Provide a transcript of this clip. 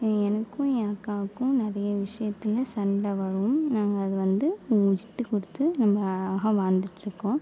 எனக்கும் என் அக்காவுக்கும் நிறைய விஷயத்தில் சண்டை வரும் நாங்கள் அதை வந்து விட்டு கொடுத்து ரொம்ப அழகாக வாழ்ந்துட்டு இருக்கோம்